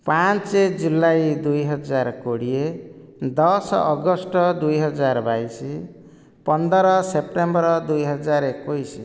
ପାଞ୍ଚ ଜୁଲାଇ ଦୁଇ ହଜାର କୋଡ଼ିଏ ଦଶ ଅଗଷ୍ଟ ଦୁଇ ହଜାର ବାଇଶି ପନ୍ଦର ସେପ୍ଟେମ୍ବର ଦୁଇ ହଜାର ଏକୋଇଶ